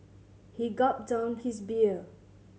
he gulped down his beer